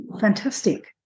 Fantastic